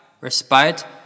respite